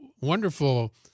wonderful